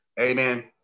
Amen